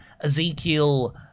Ezekiel